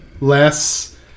Less